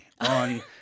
on